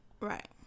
right